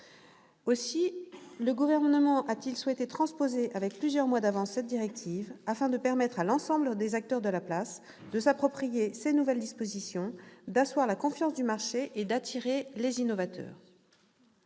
Aussi le Gouvernement a-t-il souhaité transposer avec plusieurs mois d'avance cette directive, afin de permettre à l'ensemble des acteurs de la place de s'approprier ces nouvelles dispositions, d'asseoir la confiance du marché et d'attirer les innovateurs.